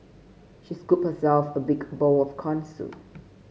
she scooped herself a big bowl of corn soup